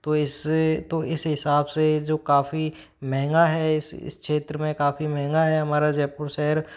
तो इस तो इस हिसाब से जो काफ़ी महँगा है इस क्षेत्र में काफ़ी महँगा है हमारा जयपुर शहर